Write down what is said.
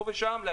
פה ושם,